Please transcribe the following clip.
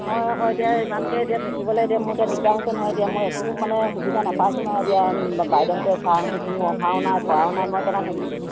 মই আকৌ এতিয়া ইমানকৈ এতিয়া থাকিবলৈ এতিয়া মোৰ এতিয়া দিগদাৰ হৈছে নহয় এতিয়া মই একো মানে সুবিধা নাপাইছোঁ নহয় এতিয়া বাইদউহঁতে ছাৰহঁতি কোনো অহাও নাই কৰাও নাই মই কেনেকৈ থাকিম